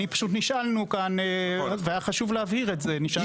נשאלנו כאן והיה חשוב להבהיר את זה.